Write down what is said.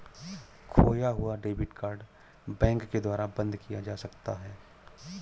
खोया हुआ debit card bank के द्वारा बंद किया जा सकता है